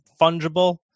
fungible